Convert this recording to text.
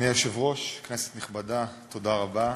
אדוני היושב-ראש, כנסת נכבדה, תודה רבה.